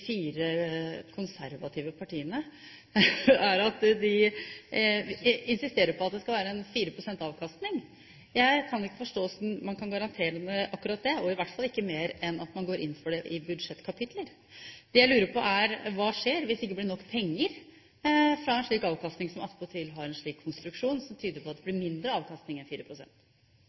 fire konservative partiene, er at de insisterer på at det skal være en 4 pst. avkastning. Jeg kan ikke forstå hvordan man kan garantere akkurat det, og i hvert fall ikke mer enn at man går inn for det i budsjettkapitler. Det jeg lurer på, er: Hva skjer hvis det ikke blir nok penger fra en slik avkastning, som attpåtil har en slik konstruksjon som tyder på at det blir mindre avkastning enn